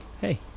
Hey